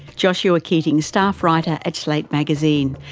joshua keating, staff writer at slate magazine.